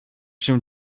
się